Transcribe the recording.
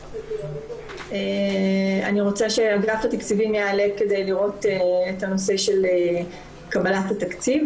אני רוצה שאגף התקציבים יעלה כדי לראות את הנושא של קבלת התקציב,